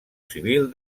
civil